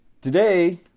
Today